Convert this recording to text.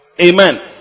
Amen